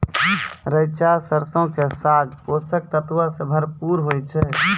रैचा सरसो के साग पोषक तत्वो से भरपूर होय छै